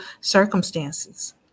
circumstances